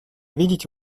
видеть